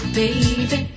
baby